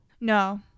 no